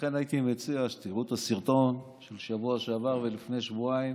לכן הייתי מציע שתראו את הסרטון של שבוע שעבר ולפני שבועיים,